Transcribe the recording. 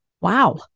Wow